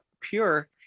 pure